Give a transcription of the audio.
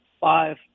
five